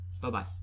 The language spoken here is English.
bye-bye